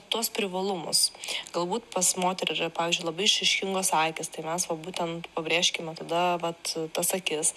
tuos privalumus galbūt pas moterį yra pavyzdžiui labai išraiškingos aikys tai mes va būtent pabrėžkime tada vat tas akis